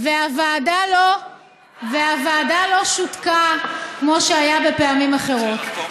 והוועדה לא שותקה כמו שהיה בפעמים אחרות.